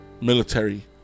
military